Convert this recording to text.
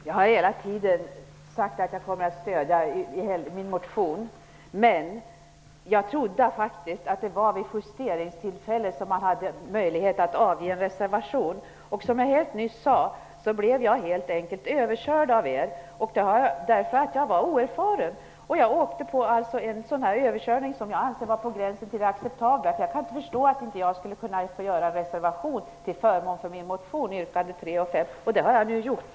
Herr talman! Jag har hela tiden sagt att jag kommer att stödja min motion, men jag trodde faktiskt att det var vid justeringstillfället som man hade möjlighet att avge en reservation. Och som jag helt nyss sade blev jag helt enkelt överkörd av er därför att jag var oerfaren. Jag åkte på en överkörning som jag anser vara på gränsen till det oacceptabla. Jag kan inte förstå varför inte jag skulle få avge en reservation till förmån för min motion, yrkande 3 och 5. Men det har jag gjort nu.